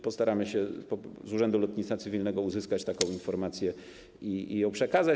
Postaramy się z Urzędu Lotnictwa Cywilnego uzyskać taką informację i ją przekazać.